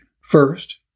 First